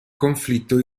conflitto